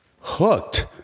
hooked